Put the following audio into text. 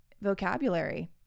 vocabulary